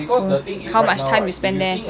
so how much time you spend there